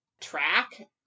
track